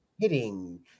hitting